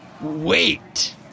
wait